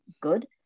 good